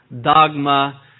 dogma